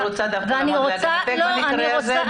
אני רוצה לעמוד לצדך במקרה הזה.